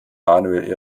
manuel